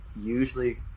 usually